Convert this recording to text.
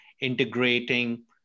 integrating